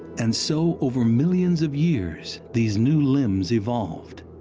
and so, over millions of years, these new limbs evolved,